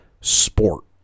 sport